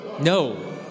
No